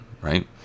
Right